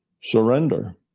surrender